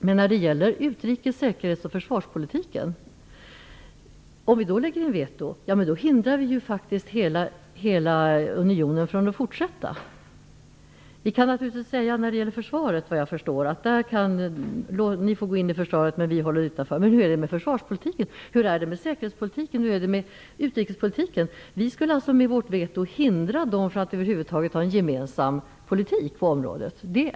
Men om vi lägger in ett veto mot hela utrikes-, försvars och säkerhetspolitiken, hindrar vi hela unionen från att komma vidare. Vi kan såvitt jag förstår säga att ni andra kan gå in i ett försvarssamarbete medan vi håller oss utanför, men hur är det med försvarspolitiken, med säkerhetspolitiken och med utrikespolitiken? Vi skulle alltså med vårt veto hindra de andra medlemmarna från att ha en gemensam politik på dessa områden.